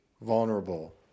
vulnerable